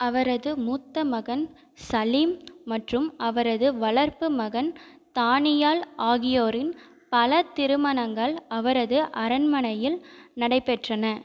அவரது மூத்த மகன் சலீம் மற்றும் அவரது வளர்ப்பு மகன் தானியால் ஆகியோரின் பல திருமணங்கள் அவரது அரண்மனையில் நடைபெற்றன